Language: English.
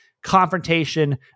confrontation